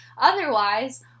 otherwise